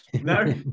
No